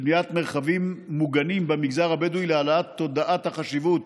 של בניית מרחבים מוגנים במגזר הבדואי להעלאת התודעה לחשיבות